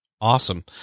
Awesome